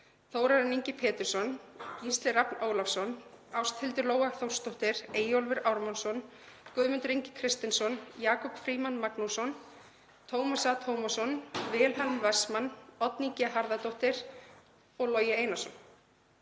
Þórarinn Ingi Pétursson, Gísli Rafn Ólafsson, Ásthildur Lóa Þórsdóttir, Eyjólfur Ármannsson, Guðmundur Ingi Kristinsson, Jakob Frímann Magnússon, Tómas A. Tómasson, Wilhelm Wessman, Oddný G. Harðardóttir og Logi Einarsson.